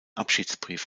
abschiedsbrief